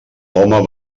home